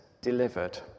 delivered